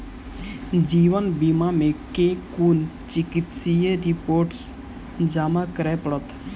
जीवन बीमा मे केँ कुन चिकित्सीय रिपोर्टस जमा करै पड़त?